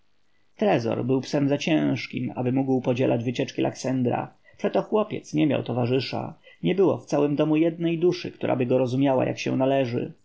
trezor był psem za ciężkim aby mógł podzielać wycieczki laksendra przeto chłopiec nie miał towarzysza nie było w całym domu jednej duszy któraby go rozumiała jak się należy